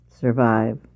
survive